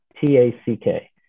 T-A-C-K